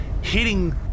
hitting